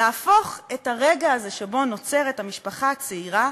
להפוך את הרגע הזה, שבו נוצרת המשפחה הצעירה,